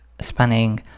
spanning